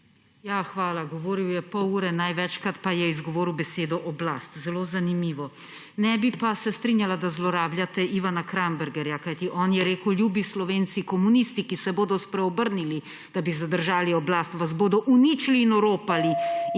Ja, hvala. Govoril je pol ure, največkrat pa je izgovoril besedo oblast. Zelo zanimivo. Ne bi pa se strinjala, da zlorabljate Ivana Krambergerja, kajti on je rekel: »Ljubi Slovenci, komunisti, ki se bodo spreobrnili, da bi zadržali oblast, vas bodo uničili in oropali.«